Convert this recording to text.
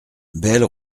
belle